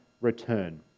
return